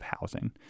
housing